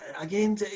again